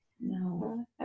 no